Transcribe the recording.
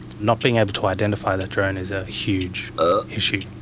not being able to identify that drone is a huge issue.